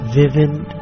vivid